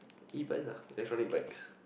E bikes lah electronic bikes